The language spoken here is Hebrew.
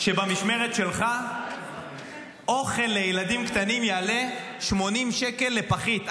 שבמשמרת שלך אוכל לילדים קטנים יעלה 80 שקל לפחית,